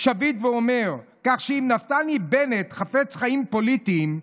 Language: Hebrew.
שביט ואומר: "כך שאם נפתלי בנט חפץ חיים פוליטיים,